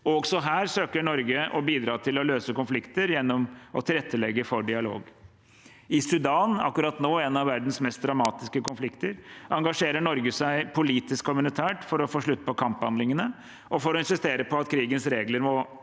Også her søker Norge å bidra til å løse konflikter gjennom å tilrettelegge for dialog. I Sudan, akkurat nå en av verdens mest dramatiske konflikter, engasjerer Norge seg politisk og humanitært for å få slutt på kamphandlingene og for å insistere på at krigens regler må